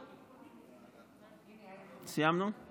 סיימנו?